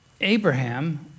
Abraham